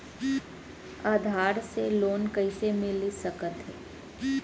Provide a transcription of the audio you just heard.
आधार से लोन कइसे मिलिस सकथे?